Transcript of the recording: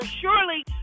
surely